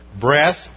breath